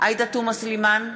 עאידה תומא סלימאן,